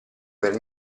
per